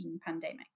pandemic